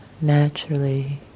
naturally